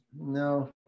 no